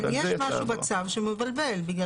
אבל יש משהו מבלבל בצו,